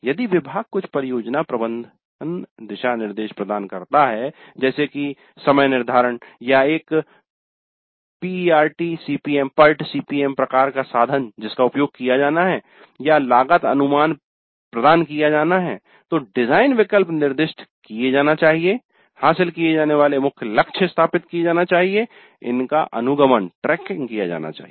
यदि विभाग कुछ परियोजना प्रबंधन दिशानिर्देश प्रदान करता है जैसे कि समय निर्धारण या एक PERT CPM प्रकार का साधन जिसका उपयोग किया जाना है या लागत अनुमान प्रदान किया जाना है तो डिज़ाइन विकल्प निर्दिष्ट किए जाना चाहिए हासिल किये जाने वाले मुख्य लक्ष्य स्थापित किए जाना चाहिए इनका अनुगमन ट्रैकिंग किया जाना चाहिए